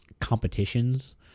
competitions